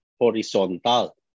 horizontal